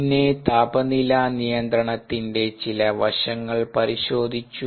പിന്നെ താപനില നിയന്ത്രണത്തിന്റെ ചില വശങ്ങൾ പരിശോധിച്ചു